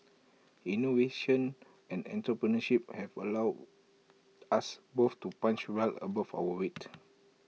innovation and entrepreneurship have allowed us both to punch well above our weight